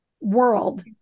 world